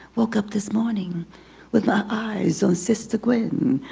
woke up this morning with my eyes on sister gwen.